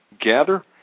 gather